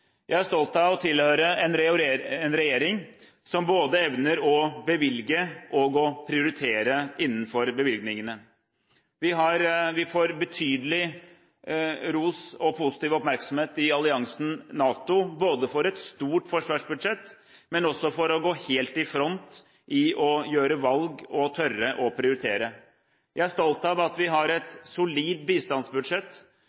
Jeg er stolt av å tilhøre en regjering som både evner å bevilge og å prioritere innenfor bevilgningene. Vi får betydelig ros og positiv oppmerksomhet i alliansen NATO, både for et stort forsvarsbudsjett og for å gå helt i front i å gjøre valg og tørre å prioritere. Jeg er stolt av at vi har